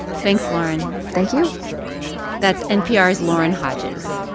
thanks, lauren thank you that's npr's lauren hodges.